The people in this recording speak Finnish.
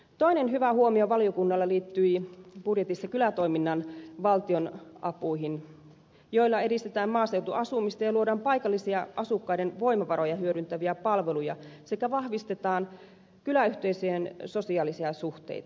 toinen valiokunnan hyvä huomio liittyi budjetissa kylätoiminnan valtionapuihin joilla edistetään maaseutuasumista ja luodaan paikallisia asukkaiden voimavaroja hyödyntäviä palveluja sekä vahvistetaan kyläyhteisöjen sosiaalisia suhteita